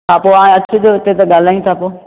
हा पोइ हाणे अचिजो हिते त ॻाल्हायूं था पोइ